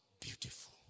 Beautiful